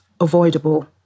avoidable